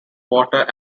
water